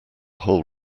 whole